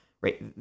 right